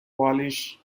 gaulish